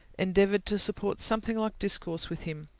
endeavoured to support something like discourse with him,